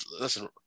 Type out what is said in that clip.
Listen